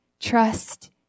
trust